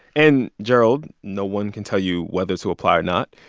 and, gerald, no one can tell you whether to apply or not,